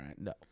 No